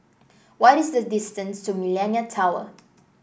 what is the distance to Millenia Tower